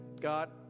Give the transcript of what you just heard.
God